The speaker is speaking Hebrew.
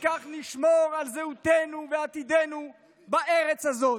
וכך נשמור על זהותנו ועתידנו בארץ הזאת.